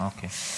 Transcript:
אוקיי.